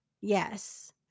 Yes